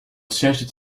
siège